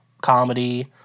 comedy